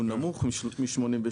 הוא נמוך מ-83%,